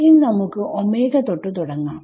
ഇനി നമുക്ക് ഒമേഘ തൊട്ട് തുടങ്ങാം